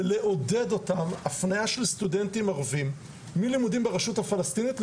ולעודד אותם להפנות סטודנטים ערבים מלימודים ברשות הפלסטינית.